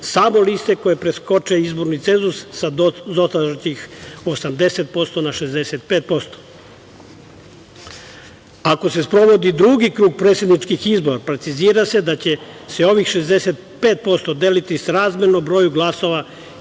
samo liste koje preskoče izborni cenzus sa dotadašnjih 80% na 65%.Ako se sprovodi drugi krug predsedničkih izbora precizira se da će se ovih 65% deliti srazmerno broju glasova